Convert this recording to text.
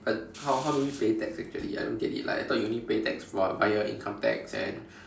but how how do we pay tax actually I don't get it like I thought you only play tax v~ via income tax and